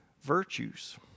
virtues